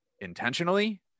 intentionally